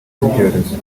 z’ibyorezo